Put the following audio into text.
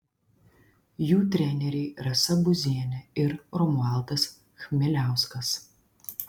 jų treneriai rasa buzienė ir romualdas chmeliauskas